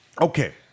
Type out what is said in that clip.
Okay